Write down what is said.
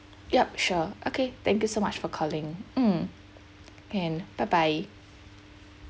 yup sure okay thank you so much for calling mm can bye bye